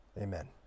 Amen